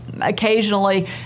occasionally